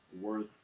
worth